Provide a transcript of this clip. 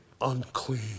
unclean